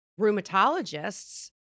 rheumatologists